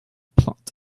plot